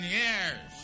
years